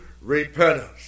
repentance